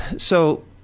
so,